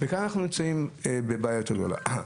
כאן אנחנו נמצאים בבעיה יותר גדולה.